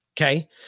Okay